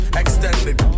extended